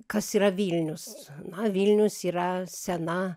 kas yra vilnius na vilnius yra sena